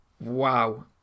Wow